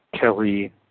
Kelly